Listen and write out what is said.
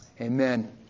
Amen